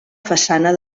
façana